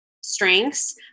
strengths